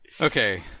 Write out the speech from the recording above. Okay